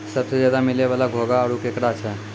सबसें ज्यादे मिलै वला में घोंघा आरो केकड़ा छै